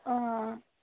অঁ